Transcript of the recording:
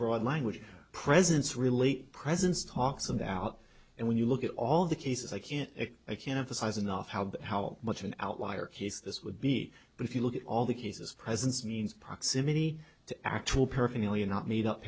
broad language presence really presence talks about and when you look at all the cases i can't i can't emphasize enough how how much an outlier case this would be but if you look at all the cases presence means proximity to actual paraphernalia not made up